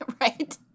right